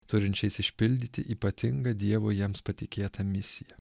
turinčiais išpildyti ypatingą dievo jiems patikėtą misiją